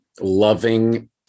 loving